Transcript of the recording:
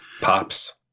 Pops